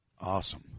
Awesome